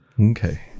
Okay